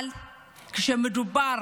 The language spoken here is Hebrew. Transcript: אבל כשמדובר